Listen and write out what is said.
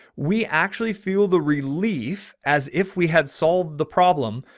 we actually feel the relief as if we had solved the problem.